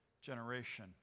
generation